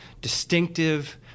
distinctive